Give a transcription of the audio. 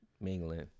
mingling